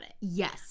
Yes